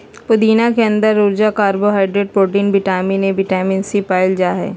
पुदीना के अंदर ऊर्जा, carbohydrate, protein, vitamin A, vitamin C, पाल जा हइ